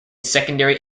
secondary